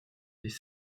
des